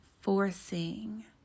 forcing